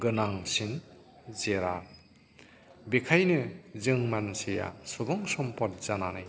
गोनांसिन जिराद बिखायनो जों मानसिया सुबुं सम्फद जानानै